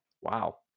wow